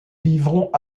vivrons